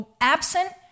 absent